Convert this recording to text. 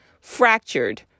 fractured